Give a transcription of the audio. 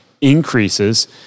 increases